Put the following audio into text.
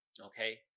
Okay